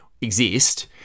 exist